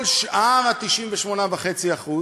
כל שאר ה-98.5%,